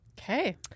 Okay